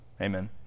Amen